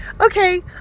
Okay